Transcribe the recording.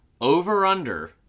Over-under